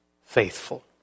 faithful